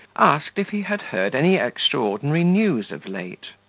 asked if he had heard any extraordinary news of late.